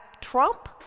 Trump